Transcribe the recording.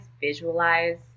visualize